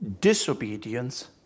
disobedience